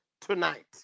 tonight